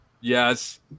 Yes